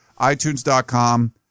iTunes.com